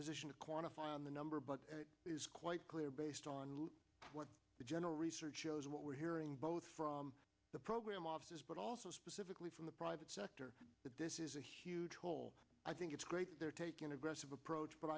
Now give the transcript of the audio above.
position to quantify on the number but it is quite clear based on what the general research shows what we're hearing both from the program office but also specifically from the private sector that this is a huge hole i think it's great they're taking aggressive approach but